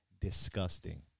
disgusting